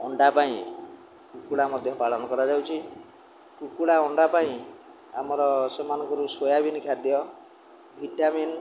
ଅଣ୍ଡା ପାଇଁ କୁକୁଡ଼ା ମଧ୍ୟ ପାଳନ କରାଯାଉଛି କୁକୁଡ଼ା ଅଣ୍ଡା ପାଇଁ ଆମର ସେମାନଙ୍କରୁ ସୋୟାବିିନ୍ ଖାଦ୍ୟ ଭିଟାମିନ୍